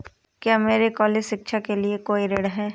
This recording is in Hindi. क्या मेरे कॉलेज शिक्षा के लिए कोई ऋण है?